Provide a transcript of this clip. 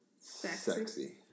sexy